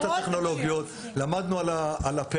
למדנו על ההערכות הטכנולוגיות,